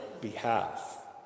behalf